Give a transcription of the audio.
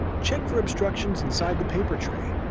check for obstructions inside the paper tray.